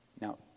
Now